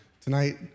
tonight